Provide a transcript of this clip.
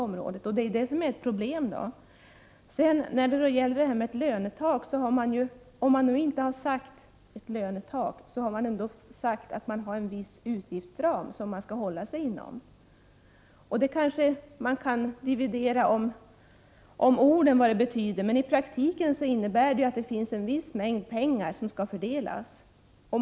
Om man inte har sagt att det finns ett lönetak, så har man i alla fall sagt att det finns en utgiftsram att hålla sig inom. Man kanske kan dividera om ord och vad de betyder, men i praktiken innebär detta att det finns en viss mängd pengar som skall fördelas.